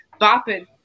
bopping